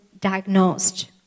diagnosed